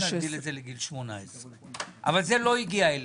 להגדיל את זה לגיל 18. זה לא הגיע אלינו.